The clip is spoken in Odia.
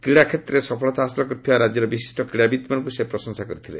କ୍ରୀଡ଼ା କ୍ଷେତ୍ରରେ ସଫଳତା ହାସଲ କରିଥିବା ରାଜ୍ୟର ବିଶିଷ୍ଟ କ୍ରୀଡ଼ାବିତ୍ମାନଙ୍କୁ ସେ ପ୍ରଶଂସା କରିଥିଲେ